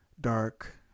dark